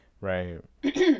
Right